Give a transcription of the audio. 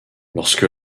lorsque